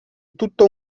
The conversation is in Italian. tutto